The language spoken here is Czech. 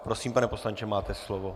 Prosím, pane poslanče, máte slovo.